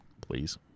Please